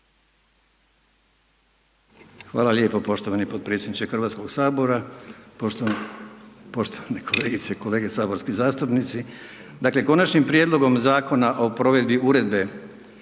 Hvala lijepo poštovani predsjedniče Hrvatskog sabora, poštovane kolegice i kolege saborski zastupnici. Danas imamo zadovoljstvo vam prezentirati